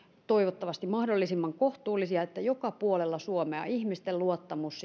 toivottavasti mahdollisimman kohtuullisia niin että joka puolella suomea ihmisten luottamus